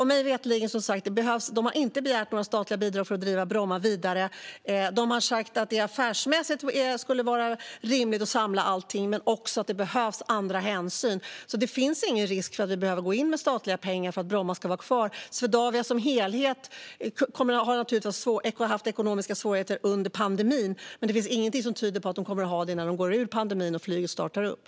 Mig veterligen har de inte begärt några statliga bidrag för att driva Bromma vidare. De har sagt att det affärsmässigt skulle vara rimligt att samla allting, men också att det behövs andra hänsyn. Det finns alltså ingen risk för att vi behöver gå in med statliga pengar för att Bromma ska vara kvar. Swedavia som helhet har naturligtvis haft ekonomiska svårigheter under pandemin, men det finns ingenting som tyder på att de kommer att ha det så när de går ur pandemin och flyget startar upp.